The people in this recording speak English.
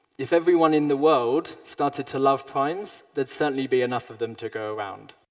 if everyone in the world started to love primes, they'd certainly be enough of them to go around.